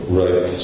right